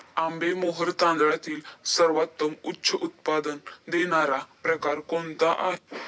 आंबेमोहोर तांदळातील सर्वोत्तम उच्च उत्पन्न देणारा प्रकार कोणता आहे?